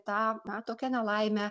tą na tokią nelaimę